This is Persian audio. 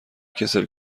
کسل